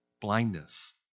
blindness